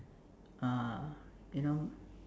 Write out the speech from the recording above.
uh you know